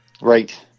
right